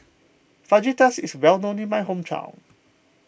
Fajitas is well known in my hometown